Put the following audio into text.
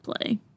play